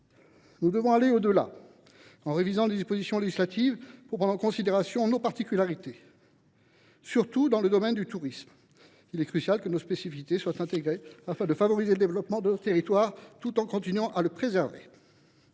Nous devons aller au delà et réviser les dispositions législatives en vigueur afin de prendre en considération nos particularités, surtout dans le domaine du tourisme. Il est crucial que nos spécificités soient intégrées et que l’on favorise le développement de notre territoire tout en continuant à le préserver.